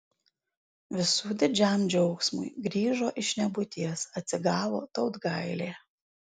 visų didžiam džiaugsmui grįžo iš nebūties atsigavo tautgailė